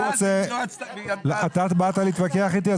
הוא שאל והיא אמרה --- באת להתווכח איתי?